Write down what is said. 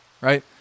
right